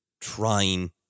trying